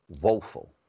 woeful